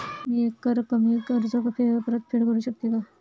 मी एकरकमी कर्ज परतफेड करू शकते का?